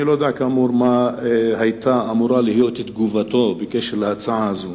אני לא יודע מה היתה אמורה להיות תגובתו בקשר להצעה הזאת,